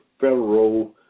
federal